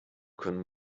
können